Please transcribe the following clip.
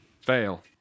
Fail